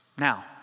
Now